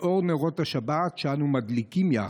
לאור נרות השבת שאנו מדליקים יחד,